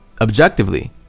Objectively